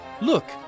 Look